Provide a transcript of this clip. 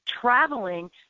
traveling